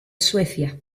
suecia